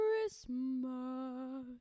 christmas